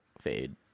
fade